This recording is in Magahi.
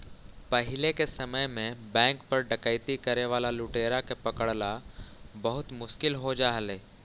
पहिले के समय में बैंक पर डकैती करे वाला लुटेरा के पकड़ला बहुत मुश्किल हो जा हलइ